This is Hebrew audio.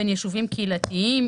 בין יישובים קהילתיים,